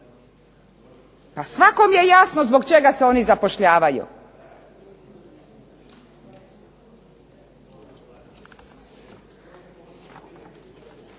Svakome je jasno zbog čega se oni zapošljavaju.